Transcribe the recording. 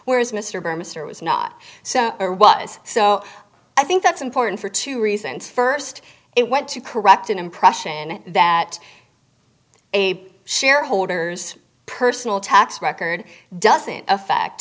whereas mr barry mr was not so or was so i think that's important for two reasons st it went to correct an impression that a shareholders personal tax record doesn't affect